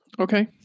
Okay